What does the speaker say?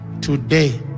Today